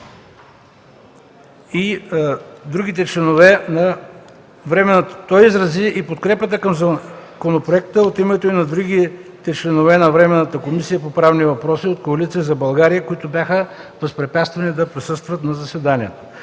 на другите членове на Временната комисия по правни въпроси от Коалиция за България, които бяха възпрепятствани да присъстват на заседанието.